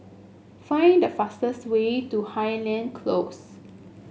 find the fastest way to Highland Close